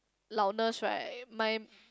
loudness right my